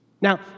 Now